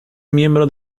miembro